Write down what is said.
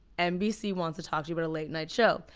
nbc wants to talk to you about a late night show.